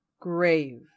grave